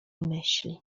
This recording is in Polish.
myśli